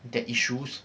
that issues